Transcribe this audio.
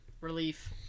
relief